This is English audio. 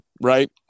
right